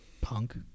Punk